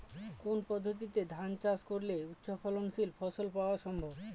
কোন পদ্ধতিতে ধান চাষ করলে উচ্চফলনশীল ফসল পাওয়া সম্ভব?